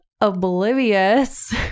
oblivious